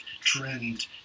trend